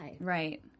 Right